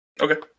okay